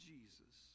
Jesus